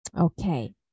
Okay